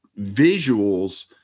visuals